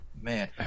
man